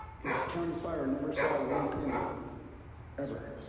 cause county fire never saw one penny ever.